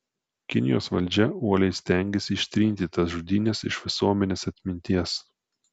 kinijos valdžia uoliai stengėsi ištrinti tas žudynes iš visuomenės atminties